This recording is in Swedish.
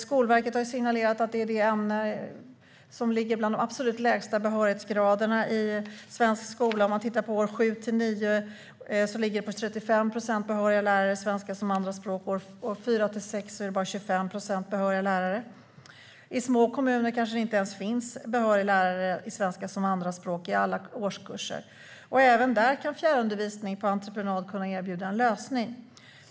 Skolverket har signalerat att det är ett ämne som har bland de absolut lägsta behörighetsgraderna i svensk skola. I årskurserna 7-9 är det 35 procent behöriga lärare i svenska som andraspråk, i årskurserna 4-6 bara 25 procent. I små kommuner kanske det inte ens finns behöriga lärare i svenska som andraspråk i alla årskurser. Även där kan fjärrundervisning på entreprenad erbjuda en lösning.